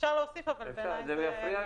אפשר להוסיף אבל, בעיניי, זה מיותר.